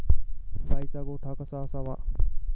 गाईचा गोठा कसा असावा?